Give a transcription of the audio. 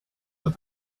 that